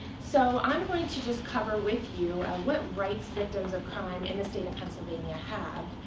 so i'm going to just cover, with you, what rights victims of crime in the state of pennsylvania have,